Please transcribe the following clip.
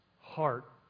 heart